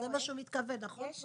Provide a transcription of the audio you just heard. זה מה שהוא מתכוון, נכון?